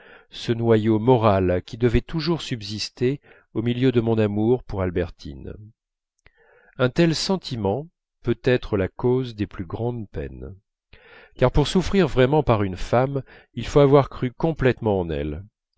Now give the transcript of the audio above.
ce noyau moral qui devait toujours subsister au milieu de mon amour pour albertine un tel sentiment peut être la cause des plus grandes peines car pour souffrir vraiment par une femme il faut avoir cru complètement en elle